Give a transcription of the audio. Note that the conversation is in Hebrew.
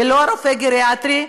ולא רופא גריאטרי,